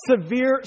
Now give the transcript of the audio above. severe